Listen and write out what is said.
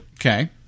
Okay